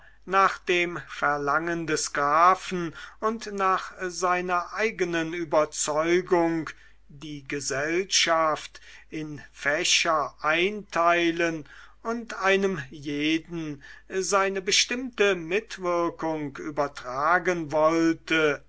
nach dem verlangen des grafen und nach seiner eigenen überzeugung die gesellschaft in fächer einteilen und einem jeden seine bestimmte mitwirkung übertragen wollte